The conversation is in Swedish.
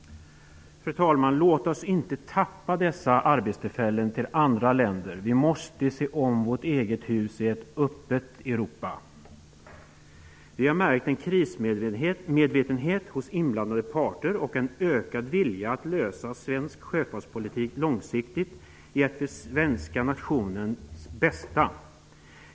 Fru talman! Låt oss inte tappa dessa arbetstillfällen till andra länder! Vi måste se om vårt eget hus i ett öppet Europa. Vi har märkt en krismedvetenhet hos inblandade parter och en ökad vilja att ge problemen i svensk sjöfartspolitik en långsiktig lösning till nationens bästa.